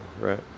right